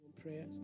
prayers